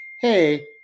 hey